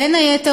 בין היתר,